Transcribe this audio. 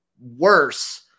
worse